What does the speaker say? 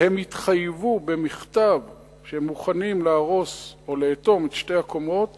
והם התחייבו במכתב שהם מוכנים להרוס או לאטום את שתי הקומות